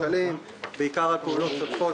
ועיקרו הוא לפעולות שוטפות,